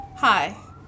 Hi